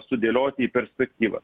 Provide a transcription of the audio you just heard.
sudėlioti į perspektyvą